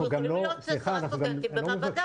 יכולים להיות עשרה סטודנטים במעבדה.